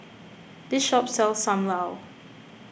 this shop sells Sam Lau